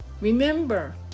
Remember